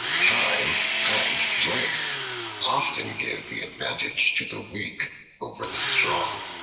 time and place often give the advantage to the weak over the strong.